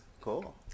Cool